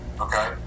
Okay